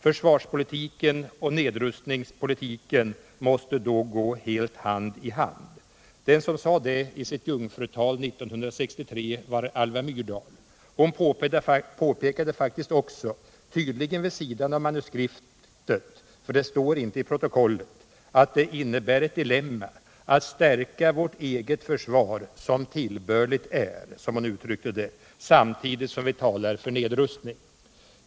Försvarspolitiken och nedrustningspolitiken måste då gå helt i hand i hand.” Den som sade detta i sitt jungfrutal 1963 var Alva Myrdal. Hon påpekade faktiskt också — tydligen vid sidan av manuskriptet, för det står inte i protokollet — att det innebär ett dilemma att ”stärka vårt eget försvar som tillbörligt är”, som hon uttryckte det, samtidigt som vi talar för nedrustning.